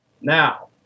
Now